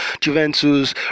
Juventus